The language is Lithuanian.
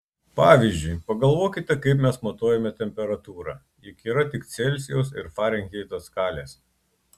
pavyzdžiui pagalvokite kaip mes matuojame temperatūrą juk yra tik celsijaus ir farenheito skalės